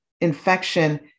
infection